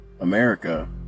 America